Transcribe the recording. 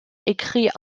écrit